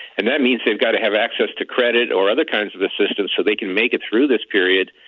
and that means they've got to have access to credit or other kinds of assistance so they can make it through this period,